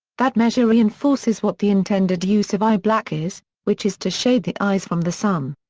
that measure reinforces what the intended use of eye black is, which is to shade the eyes from the sun.